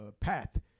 path